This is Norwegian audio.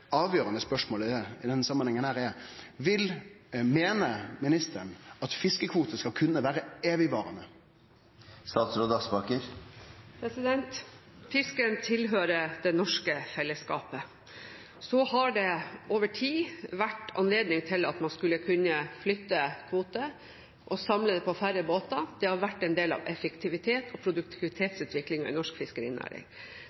spørsmålet i denne samanhengen, er: Meiner ministeren at fiskekvotar skal kunne vere evigvarande? Fisken tilhører det norske fellesskapet. Det har over tid vært anledning til å flytte kvoter og samle dem på færre båter. Det har vært en del av effektivitets- og produktivitetsutviklingen i norsk fiskerinæring.